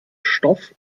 stoff